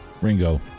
Ringo